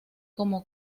como